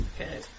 Okay